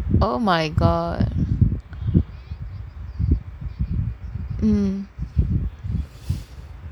oh my god